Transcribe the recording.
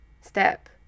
step